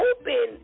open